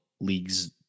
Leagues